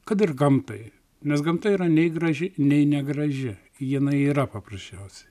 kad ir gamtai nes gamta yra nei graži nei negraži jinai yra paprasčiausiai